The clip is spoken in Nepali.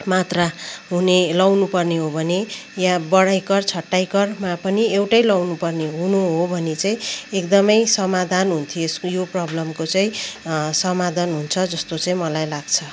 मात्रा हुने लाउनु पर्ने हो भने या बडा ईकार छोटा इकारमा पनि एउटै लाउनु पर्ने हुनु हो भने चाहिँ एकदमै समाधान हुन्थ्यो यसको यो प्रब्लमको चाहिँ समाधान हुन्छ जस्तो चाहिँ मलाई लाग्छ